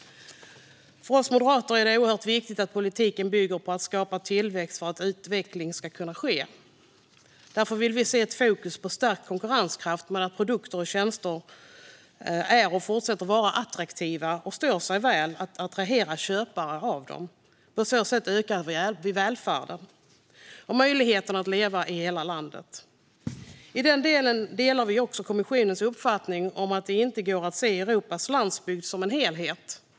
För oss moderater är det oerhört viktigt att politiken bygger på att skapa tillväxt för att utveckling ska kunna ske. Därför vill vi se ett fokus på stärkt konkurrenskraft genom att produkter och tjänster är och fortsätter vara attraktiva och står sig väl för att attrahera köpare. På så sätt ökar vi välfärden och möjligheten att leva i hela landet. I den delen delar vi också kommissionens uppfattning att det inte går att se Europas landsbygd som en helhet.